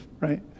right